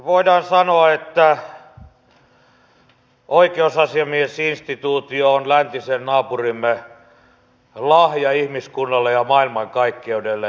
voidaan sanoa että oikeusasiamiesinstituutio on läntisen naapurimme lahja ihmiskunnalle ja maailmankaikkeudelle